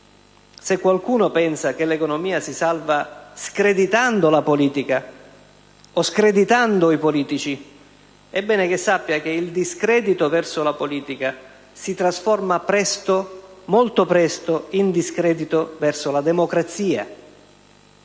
Se qualcuno pensa che l'economia si salva screditando la politica o i politici è bene che sappia che il discredito verso la politica si trasforma molto presto in discredito verso la democrazia,